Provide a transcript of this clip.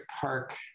Park